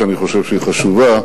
שאני חושב שהיא חשובה,